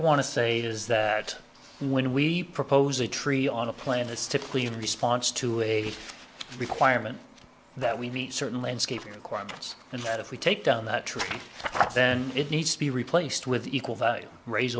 want to say is that when we propose a tree on a plan it's typically in response to a requirement that we meet certain landscaping requirements and that if we take down that tree then it needs to be replaced with equal value raise